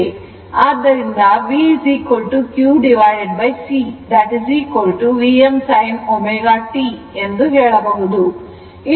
ಆದ್ದರಿಂದ V qC V Vm sin ω t ಎಂದು ಹೇಳಬಹುದು